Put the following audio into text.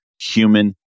human